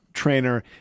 trainer